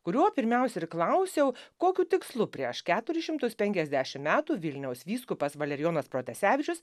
kurio pirmiausia ir klausiau kokiu tikslu prieš keturis šimtus penkiasdešim metų vilniaus vyskupas valerijonas protasevičius